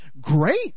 great